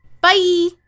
Bye